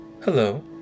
Hello